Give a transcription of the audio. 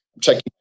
checking